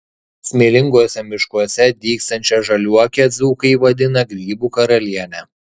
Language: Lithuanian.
smėlinguose miškuose dygstančią žaliuokę dzūkai vadina grybų karaliene